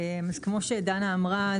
כמו שאמרה דנה,